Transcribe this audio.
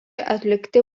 atlikti